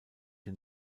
den